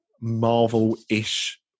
Marvel-ish